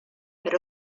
per